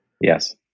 Yes